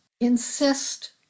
Insist